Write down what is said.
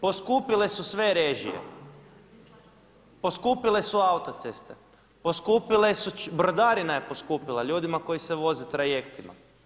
Poskupile su sve režije, poskupile su autoceste, poskupile su, brodarina je poskupila, ljudima koji se voze trajektima.